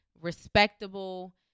respectable